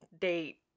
date